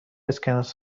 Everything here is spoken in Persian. اسکناس